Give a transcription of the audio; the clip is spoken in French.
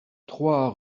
trois